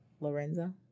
Lorenzo